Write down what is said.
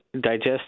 digest